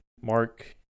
Mark